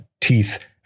teeth